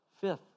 Fifth